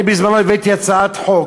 אני בזמני הבאתי הצעת חוק,